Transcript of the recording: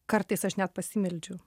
kartais aš net pasimeldžiu